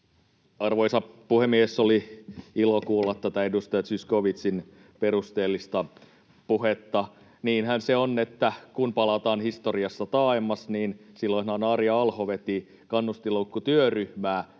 Arvoisa puhemies! Oli ilo kuulla tätä edustaja Zyskowiczin perusteellista puhetta. Niinhän se on, että kun palataan historiassa taemmas, niin silloinhan Arja Alho veti kannustinloukkutyöryhmää.